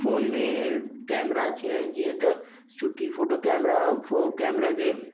phone में camera अची विया आहिनि जीअं त सुठी फोटो कॅमरा फो कॅमरा जे